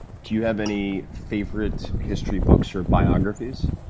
do you have any favorite history books or biographies?